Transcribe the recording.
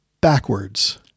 Backwards